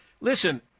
Listen